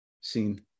seen